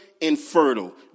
infertile